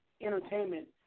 Entertainment